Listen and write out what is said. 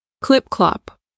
Clip-clop